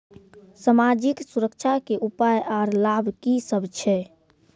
समाजिक सुरक्षा के उपाय आर लाभ की सभ छै?